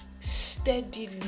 steadily